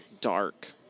Dark